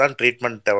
treatment